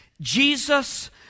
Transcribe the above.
Jesus